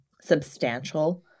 substantial